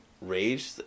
Rage